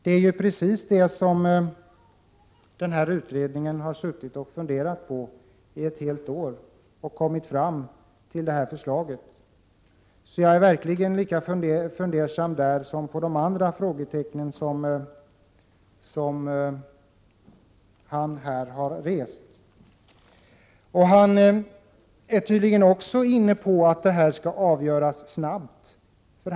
Det är ju precis detta som utredningen har suttit och funderat på i nästan ett helt år för att sedan komma fram till detta förslag. Jag är verkligen lika fundersam där, som i fråga om de andra frågetecknen som han har rest. Knut Billing är tydligen också inne på att det här ärendet skall avgöras snabbt.